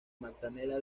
magdalena